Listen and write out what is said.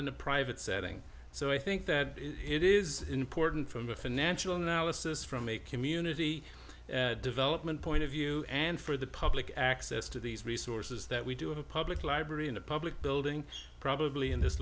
in a private setting so i think that it is important from a financial analysis from a community development point of view and for the public access to these resources that we do have a public library and a public building probably in this